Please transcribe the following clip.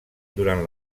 durant